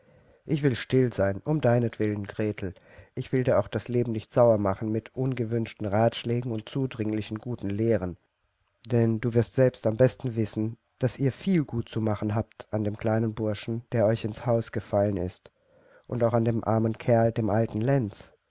ich will still sein um deinetwillen gretel ich will dir auch das leben nicht sauer machen mit ungewünschten ratschlägen und zudringlichen guten lehren denn du wirst selbst am besten wissen daß ihr viel gutzumachen habt an dem kleinen burschen der euch ins haus gefallen ist und auch an dem armen kerl dem alten lenz